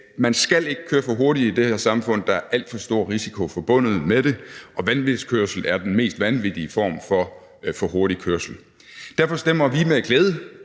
Man skal ikke køre for hurtigt i det her samfund, for der er alt for stor risiko forbundet med det. Vanvidskørsel er den mest vanvittige form for hurtig kørsel. Derfor stemmer vi med glæde